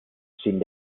sin